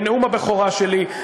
בנאום הבכורה שלי,